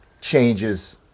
changes